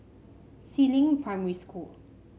Si Ling Primary School